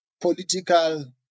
political